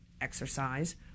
exercise